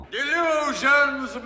Delusions